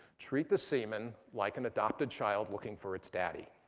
treat the semen like an adopted child looking for its daddy.